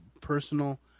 personal